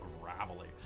gravelly